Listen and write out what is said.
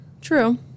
True